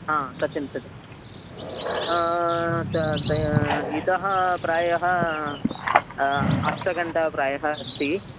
हा सत्यं सत् इतः प्रायः अष्टघण्टा प्रायः अस्ति